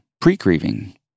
Pre-grieving